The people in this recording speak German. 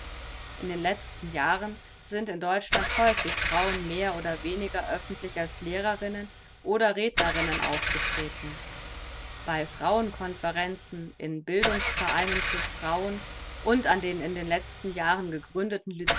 in den letzten jahren sind in deutschland häufig frauen mehr oder weniger öffentlich als lehrerinnen oder rednerinnen aufgetreten bei frauen conferenzen in bildungs vereinen für frauen und an den in den letzten jahren gegründeten